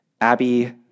Abby